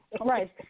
Right